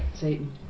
Satan